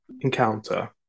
encounter